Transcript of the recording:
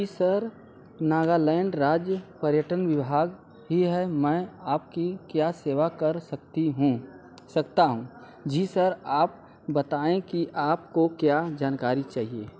जी sir Nagaland राज्य पर्यटन विभाग ही है मैं आप की क्या सेवा कर सकती हूँ सकता हूँ जी सर आप बताएँ कि आप को क्या जानकारी चाहिये